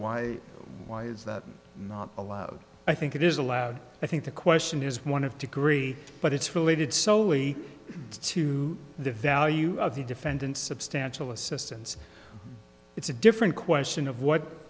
why why is that not allowed i think it is allowed i think the question is one of degree but it's related solely to the value of the defendant substantial assistance it's a different question of what